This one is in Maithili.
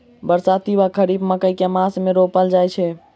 बरसाती वा खरीफ मकई केँ मास मे रोपल जाय छैय?